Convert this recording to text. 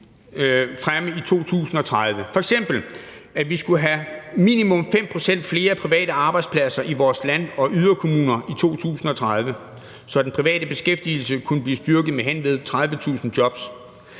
frem til 2030. At vi skulle have minimum 5 pct. flere private arbejdspladser i vores land- og yderkommuner i 2030, så den private beskæftigelse kunne blive styrket med henved 30.000 jobs,